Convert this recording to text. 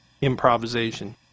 improvisation